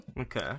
okay